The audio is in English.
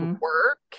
work